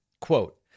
quote